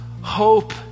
Hope